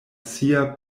sia